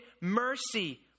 mercy